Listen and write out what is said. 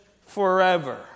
forever